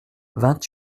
vingt